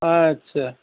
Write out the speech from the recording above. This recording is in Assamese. অঁ আটচা